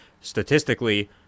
statistically